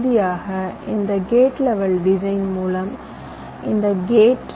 இறுதியாக இந்த gate level design மூலம் இந்த கேட்